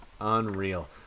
Unreal